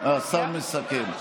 השר מסכם.